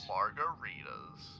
Margaritas